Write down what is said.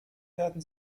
werden